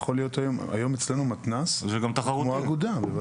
היום אצלנו מתנ"ס הוא כמו אגודה.